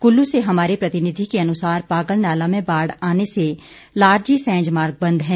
कुल्लू से हमारे प्रतिनिधि के अनुसार पागल नाला में बाढ़ आने से लारजी सेंज मार्ग बंद है